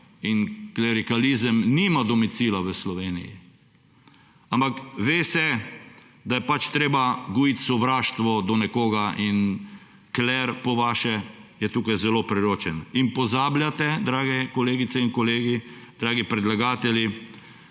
in klerikalizem nima domicila v Sloveniji. Ampak ve se, da je treba gojiti sovraštvo do nekoga; in kler, po vaše, je tukaj zelo priročen. In pozabljate, dragi kolegice in kolegi, dragi predlagatelji,